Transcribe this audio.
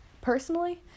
Personally